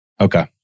Okay